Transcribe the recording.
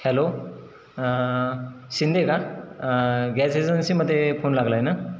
hello Shinde का gas एजन्सीमध्ये phone लागला आहे ना